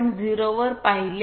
0 वर पाहिले आहे